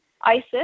ISIS